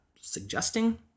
suggesting